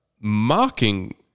mocking